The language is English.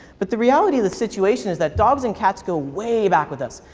but the reality of the situation is that dogs and cats go way back with us.